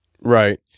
Right